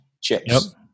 chips